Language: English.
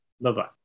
Bye-bye